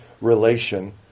relation